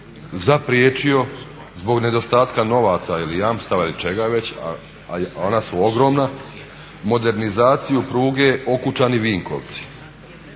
zapriječio zbog nedostatka novaca ili jamstava ili čega već, a ona su ogromna, modernizaciju pruge Okučani-Vinkovci.